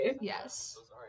Yes